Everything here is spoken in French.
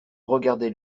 regardait